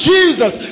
Jesus